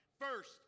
First